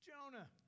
Jonah